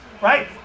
right